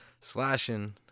slashing